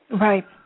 Right